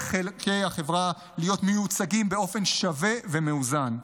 חלקי החברה להיות מיוצגים באופן שווה ומאוזן.